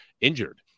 injured